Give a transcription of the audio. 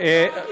עוד פעם הכיבוש?